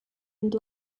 and